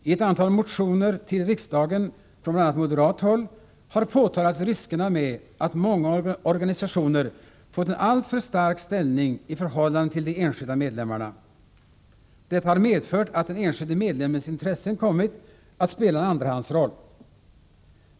I ett antal motioner till riksdagen, bl.a. från moderat håll, har påtalats riskerna med att många organisationer har fått en alltför stark ställning i förhållande till de enskilda medlemmarna. Detta har medfört att den enskilde medlemmens intressen kommit att spela en andrahandsroll.